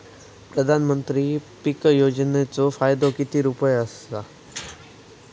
पंतप्रधान पीक योजनेचो फायदो किती रुपये आसा?